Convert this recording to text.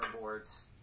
boards